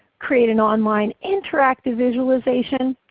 create an online interactive visualization,